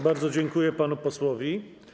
Bardzo dziękuję panu posłowi.